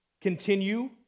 continue